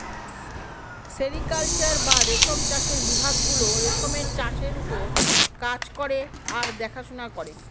sericulture বা রেশম চাষের বিভাগ গুলো রেশমের চাষের ওপর কাজ করে আর দেখাশোনা করে